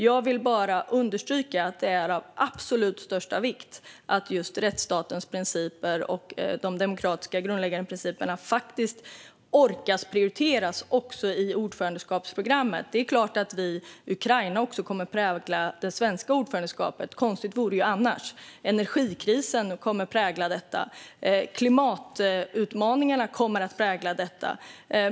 Jag vill bara understryka att det är av absolut största vikt att man orkar prioritera just rättsstatens principer och de demokratiska grundläggande principerna i ordförandeskapsprogrammet. Det är klart att Ukraina också kommer att prägla det svenska ordförandeskapet. Konstigt vore det annars. Energikrisen kommer att prägla det, och klimatutmaningarna kommer att prägla det.